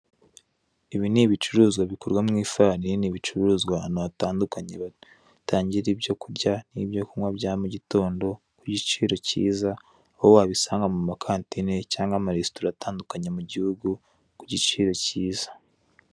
Ibi ni ibicuruzwa bikorwa mu ifarini bicururizwa hantu hatanduknye batangira ibyo kurya n'ibyo kunywa bya mugitondo ku giciro cyiza, aho wabisanga mu ma kantine cyangwa amaresitora atandukanye mu gihugu ku giciro kiza.